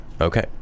Okay